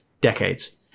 decades